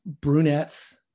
brunettes